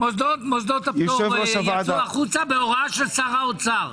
מוסדות התורה יצאו החוצה בהוראת שר האוצר.